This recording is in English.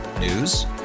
News